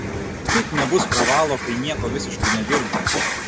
kaip nebus pravalo kai nieko visiškai nedirbo